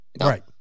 Right